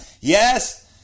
Yes